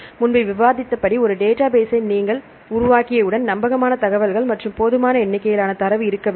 முன்பு விவாதித்தபடி ஒரு டேட்டாபேஸ்ஸை நீங்கள் உருவாக்கியவுடன் நம்பகமான தகவல்கள் மற்றும் போதுமான எண்ணிக்கையிலான தரவு இருக்க வேண்டும்